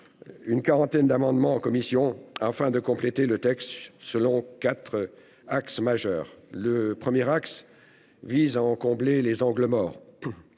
une quarantaine d'amendements en commission, afin de compléter le texte selon quatre axes majeurs. Le premier axe vise à en combler les angles morts.